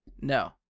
No